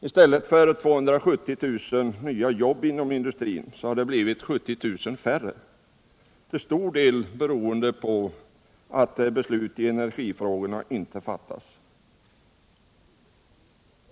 I stället för 270 000 nya jobb inom industrin har det blivit 70 000 färre, till stor del beroende på att beslut i energifrågorna inte fattats.